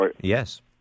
Yes